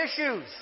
issues